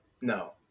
No